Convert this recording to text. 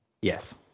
Yes